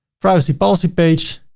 privacy policy page.